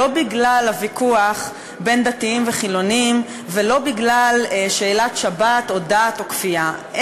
לא בגלל הוויכוח בין דתיים וחילונים ולא בגלל שאלת שבת או דת או כפייה,